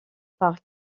par